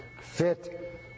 fit